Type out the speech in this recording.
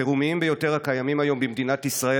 החירומיים ביותר הקיימים היום במדינת ישראל.